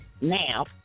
now